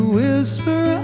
whisper